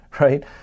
Right